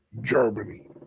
Germany